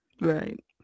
Right